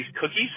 cookies